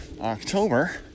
October